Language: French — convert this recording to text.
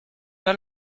pas